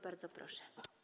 Bardzo proszę.